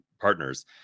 partners